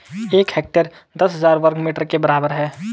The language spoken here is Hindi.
एक हेक्टेयर दस हजार वर्ग मीटर के बराबर है